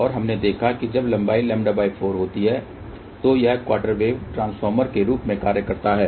और हमने देखा कि जब लंबाई λ4 होती है तो यह क्वार्टर वेव ट्रांसफार्मर के रूप में कार्य करता है